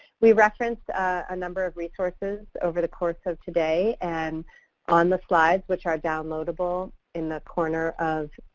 we referenced a number of resources over the course of today and on the slides, which are downloadable in the corner of